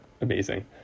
amazing